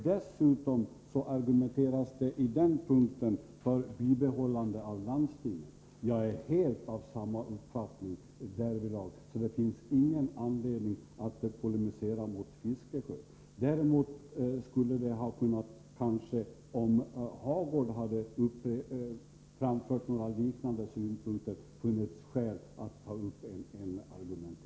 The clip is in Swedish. Dessutom argumenteras i den punkten för bibehållande av landstingen. Jag är därvidlag helt av samma uppfattning, varför det inte finns någon anledning att polemisera mot - Fiskesjö. Om Hagård hade framfört liknande synpunkter, hade det däremot kanske funnits skäl att ta upp en argumentering.